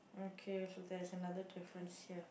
okay so there is another difference here